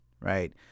right